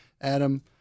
Adam